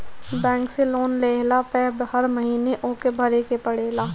bank से loan लेहला पअ हर महिना ओके भरे के पड़ेला